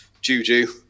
Juju